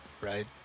Right